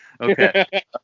Okay